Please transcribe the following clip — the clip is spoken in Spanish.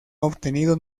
obtenido